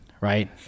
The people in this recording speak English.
right